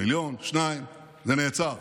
מיליון, שניים, זה נעצר.